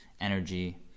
energy